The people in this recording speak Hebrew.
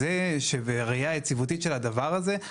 ובראיה היציבותית של הדבר הזה,